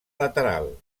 lateral